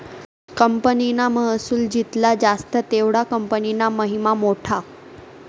कंपनीना महसुल जित्ला जास्त तेवढा कंपनीना महिमा मोठा